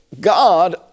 God